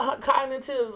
cognitive